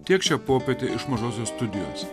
tiek šią popietę iš mažosios studijos